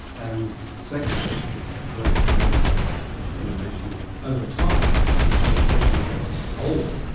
and secondly, it's ah alleged that there's discrimination over time, because as you get older,